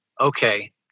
okay